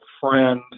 friend